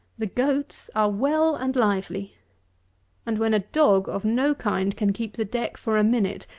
the goats are well and lively and when a dog of no kind can keep the deck for a minute,